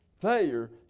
failure